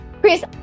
Chris